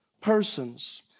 persons